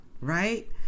right